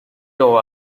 toe